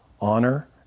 honor